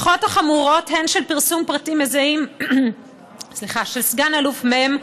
ולהשלכות החמורות הן של פרסום פרטים מזהים של סגן אלוף מ',